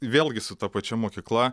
vėlgi su ta pačia mokykla